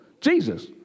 Jesus